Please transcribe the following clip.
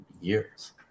years